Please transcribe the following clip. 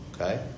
okay